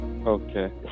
Okay